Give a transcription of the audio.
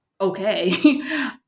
okay